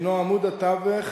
הינו עמוד התווך